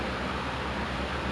O level art like